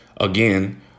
again